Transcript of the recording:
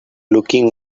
looking